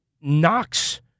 knocks